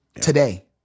Today